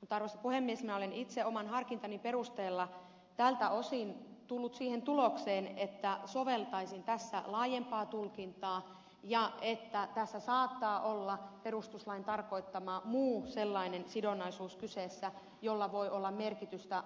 mutta arvoisa puhemies minä olen itse oman harkintani perusteella tältä osin tullut siihen tulokseen että soveltaisin tässä laajempaa tulkintaa ja että tässä saattaa olla perustuslain tarkoittama muu sellainen sidonnaisuus kyseessä jolla voi olla merkitystä